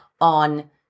on